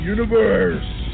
Universe